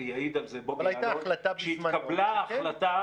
ויעיד על זה בוגי יעלון כשהתקבלה ההחלטה,